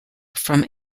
from